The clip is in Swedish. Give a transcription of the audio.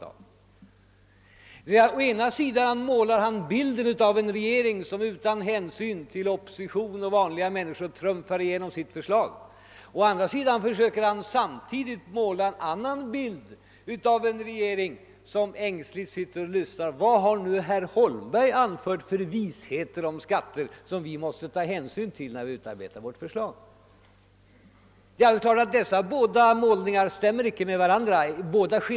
Å ena sidan målar han bilden av en regering som utan hänsyn till oppositionen och vanliga människor trumfar igenom sitt förslag. Å andra sidan försöker han framställa saken så att regeringen ängsligt lyssnar till de visheter som herr Holmberg nu anfört i skat tefrågan och som vi måste ta hänsyn till när vi utarbetar våra förslag. Båda dessa skildringar kan icke vara sanna.